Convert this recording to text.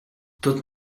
tot